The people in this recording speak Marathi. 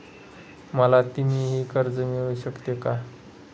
मला तिमाही कर्ज मिळू शकते का?